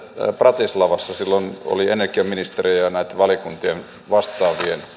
bratislavassa silloin oli energiaministerien ja näiden valiokuntien vastaavien